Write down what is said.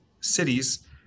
cities